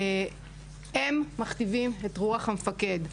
הם מכתיבים את רוח המפקד.